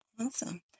Awesome